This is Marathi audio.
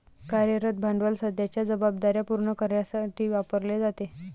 कार्यरत भांडवल सध्याच्या जबाबदार्या पूर्ण करण्यासाठी वापरले जाते